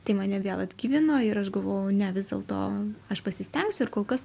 tai mane vėl atgyvino ir aš galvoju ne vis dėlto aš pasistengsiu ir kol kas